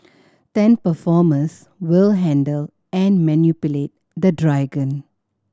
ten performers will handle and manipulate the dragon